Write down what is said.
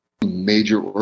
major